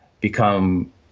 become